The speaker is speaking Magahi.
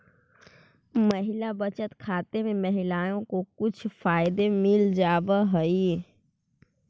महिला बचत खाते में महिलाओं को कुछ फायदे मिल जावा हई